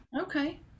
Okay